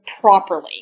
properly